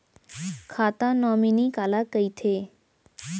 खाता नॉमिनी काला कइथे?